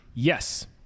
Yes